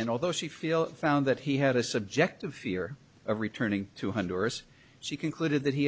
and although she feel found that he had a subjective fear of returning two hundred or so she concluded that he